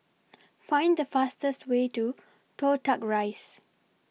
Find The fastest Way to Toh Tuck Rise